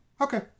Okay